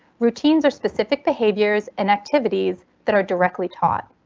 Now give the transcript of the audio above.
routines are specific behaviors and activities that are directly taught.